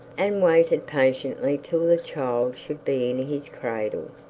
and waited patiently till the child should be in his cradle.